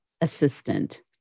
assistant